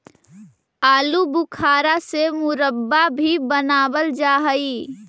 आलू बुखारा से मुरब्बा भी बनाबल जा हई